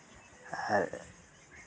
ᱟᱨ